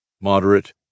moderate